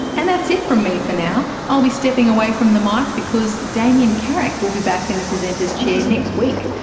and that's it from me for now, i'll be stepping away from the mike because damien carrick will be back in the presenter's chair next week,